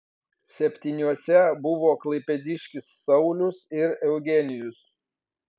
septyniuose buvo klaipėdiškis saulius ir eugenijus